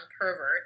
pervert